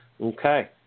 Okay